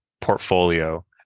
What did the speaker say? portfolio